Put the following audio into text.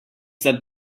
that